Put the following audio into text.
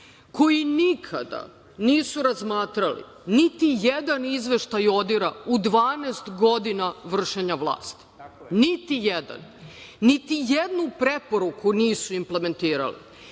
koji nikada nisu razmatrali niti jedan izveštaj ODIR-a u 12 godina vršenja vlasti, niti jedan. Niti jednu preporuku nisu implementirali.